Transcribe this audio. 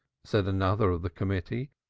said another of the committee.